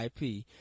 IP